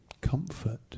comfort